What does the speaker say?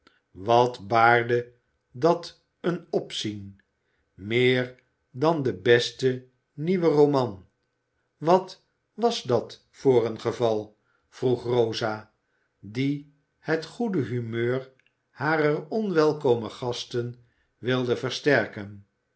wat baarde dat een opzien meer dan de beste nieuw r e roman wat was dat voor een geval vroeg rosa die het goede humeur harer onwelkome gasten wilde versterken